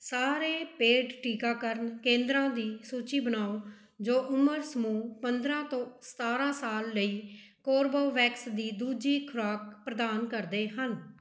ਸਾਰੇ ਪੇਡ ਟੀਕਾਕਰਨ ਕੇਂਦਰਾਂ ਦੀ ਸੂਚੀ ਬਣਾਓ ਜੋ ਉਮਰ ਸਮੂਹ ਪੰਦਰ੍ਹਾਂ ਤੋਂ ਸਤਾਰ੍ਹਾਂ ਸਾਲ ਲਈ ਕੋਰਬੋਵੈਕਸ ਦੀ ਦੂਜੀ ਖੁਰਾਕ ਪ੍ਰਦਾਨ ਕਰਦੇ ਹਨ